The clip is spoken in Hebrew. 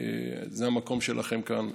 המקום שלכם כאן.